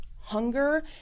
hunger